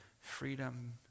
freedom